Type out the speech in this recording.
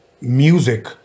music